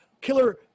killer